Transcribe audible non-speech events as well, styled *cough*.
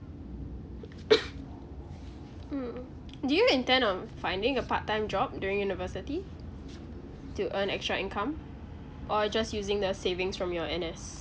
*noise* mm do you intend on finding a part time job during university to earn extra income or just using the savings from your N_S